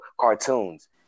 cartoons